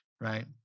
right